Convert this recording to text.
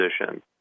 position